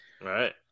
right